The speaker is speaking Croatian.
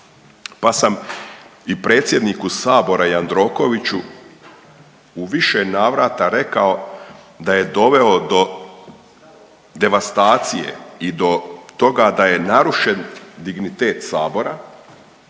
pa sam i predsjedniku sabora Jandrokoviću u više navrata rekao da je doveo do devastacije i do toga da je narušen dignitet sabora